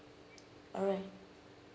alright